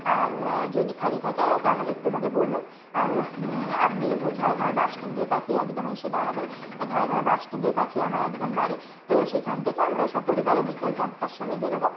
আর যদি খালি থাকে তাহলে একটু আমাকে বলুন আর আপনি ঝাড়গ্রামের বাসস্ট্যান্ডের কাছেই একদম এসে দাঁড়াবেন ঝাড়গ্রামের বাসস্ট্যান্ডের কাছেই আমার একদম বাড়ি তো সেখান থেকে আমরা সপরিবারে বিকাল চারটার সময় বেরবো